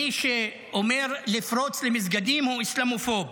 מי שאומר לפרוץ למסגדים הוא אסלאמופוב.